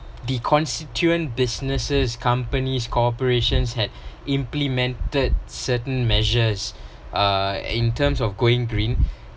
the constituent businesses companies cooperations had implemented certain measures uh in terms of going green